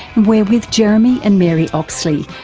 we're with jeremy and mary oxley,